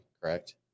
correct